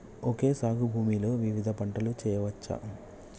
Okay సాగు భూమిలో వివిధ పంటలు వెయ్యచ్చా?